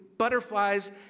butterflies